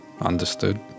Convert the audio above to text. understood